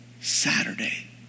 Saturday